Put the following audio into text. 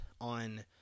on